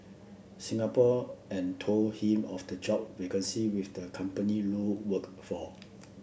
Singapore and told him of the job vacancy with the company Lu worked for